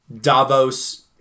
Davos